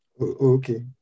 Okay